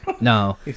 No